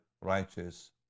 righteous